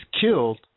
killed